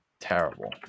terrible